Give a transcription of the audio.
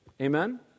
Amen